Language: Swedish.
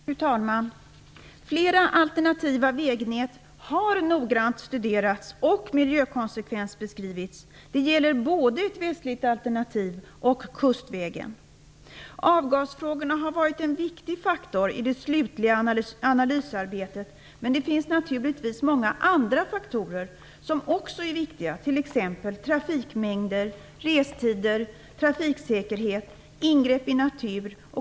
Fru talman! Flera alternativa vägnät har noggrant studerats och miljökonsekvensbeskrivits. Det gäller både ett västligt alternativ och kustvägen. Avgasfrågorna har varit en viktig faktor i det slutliga analysarbetet. Men det finns naturligtvis många andra faktorer som också är viktiga, t.ex.